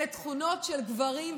אלה תכונות של גברים,